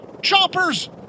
choppers